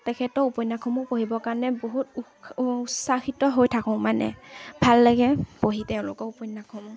তেখেতৰ উপন্যাসসমূহ পঢ়িবৰ কাৰণে বহুত উৎ উচ্ছাসিত হৈ থাকোঁ মানে ভাল লাগে পঢ়ি তেওঁলোকৰ উপন্যাসসমূহ